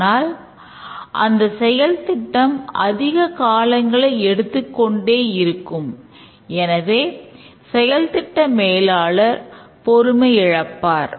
ஆனால் அந்த செயல் திட்டம் அதிக காலங்களை எடுத்துக் கொண்டே இருக்கும் எனவே செயல் திட்ட மேலாளர் பொறுமை இழப்பார்